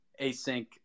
async